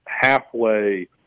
halfway